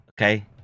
okay